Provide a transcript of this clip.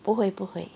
不会不会